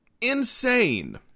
insane